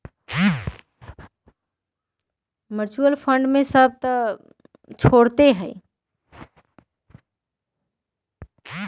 mutual fund में कयगो छोट छोट पइसा लगाबे बला मिल कऽ फंड के धरइ छइ